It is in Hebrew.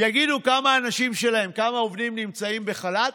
יגידו כמה אנשים יש להם, כמה עובדים נמצאים בחל"ת.